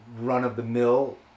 run-of-the-mill